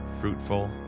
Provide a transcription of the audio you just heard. fruitful